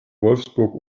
wolfsburg